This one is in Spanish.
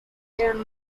eran